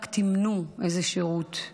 רק תמנו איזה שירות.